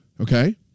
Okay